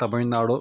Tamil Nadu